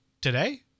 today